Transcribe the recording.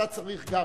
אתה צריך גם?